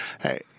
Hey